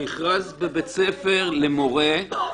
מכרז בבית ספר למורה שהוא,